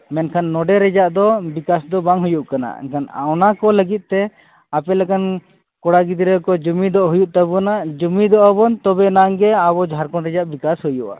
ᱢᱮᱱᱠᱷᱟᱱ ᱱᱚᱰᱮ ᱨᱮᱭᱟᱜᱫᱚ ᱵᱤᱠᱟᱥᱫᱚ ᱵᱟᱝ ᱦᱩᱭᱩᱜ ᱠᱟᱱᱟ ᱮᱱᱠᱷᱟᱱ ᱚᱱᱟᱠᱚ ᱞᱟᱹᱜᱤᱫ ᱛᱮ ᱟᱯᱮ ᱞᱮᱠᱟᱱ ᱠᱚᱲᱟ ᱜᱤᱫᱽᱨᱟᱹᱠᱚ ᱡᱩᱢᱤᱫᱚᱜ ᱛᱟᱵᱚᱱᱟ ᱡᱩᱢᱤᱫᱟᱵᱚᱱ ᱛᱚᱵᱮᱱᱟᱝ ᱜᱮ ᱟᱵᱚ ᱡᱷᱟᱲᱠᱷᱚᱸᱰ ᱨᱮᱭᱟᱜ ᱵᱤᱠᱟᱥ ᱦᱩᱭᱩᱜᱼᱟ